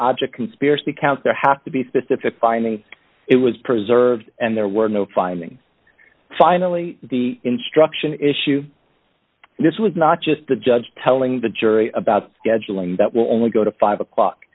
object conspiracy count there have to be specific finding it was preserved and there were no finding finally the instruction issue this was not just the judge telling the jury about scheduling that will only go to five o'clock